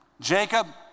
Jacob